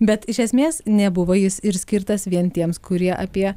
bet iš esmės nebuvo jis ir skirtas vien tiems kurie apie